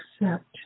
accept